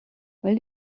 will